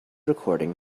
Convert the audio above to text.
recording